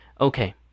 Okay